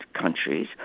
countries